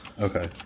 Okay